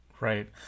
Right